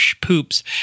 poops